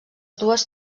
dues